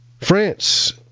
France